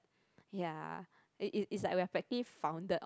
ya it it it's like we are practically founded on